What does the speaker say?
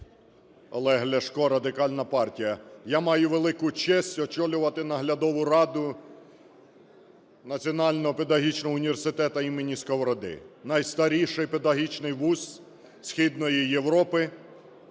Олег Ляшко, Радикальна партія. Я маю велику честь очолювати Наглядову раду Національного педагогічного університету імені Сковороди, найстаріший педагогічний вуз Східної Європи,